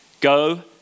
go